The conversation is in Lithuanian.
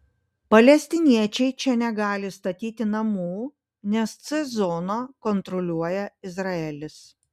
palestiniečiai čia negali statyti namų nes c zoną kontroliuoja izraelis